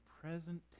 present